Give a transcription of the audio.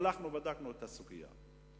הלכנו ובדקנו את הסוגיה הזאת.